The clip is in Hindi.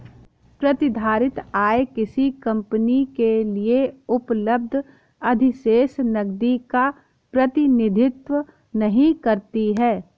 प्रतिधारित आय किसी कंपनी के लिए उपलब्ध अधिशेष नकदी का प्रतिनिधित्व नहीं करती है